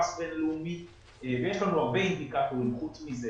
בין-לאומי ויש לנו הרבה אינדיקטורים חוץ מזה,